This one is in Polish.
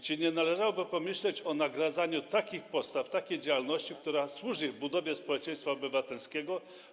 Czy nie należałoby pomyśleć o nagradzaniu takich postaw, takiej działalności, która służy budowie społeczeństwa obywatelskiego?